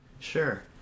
Sure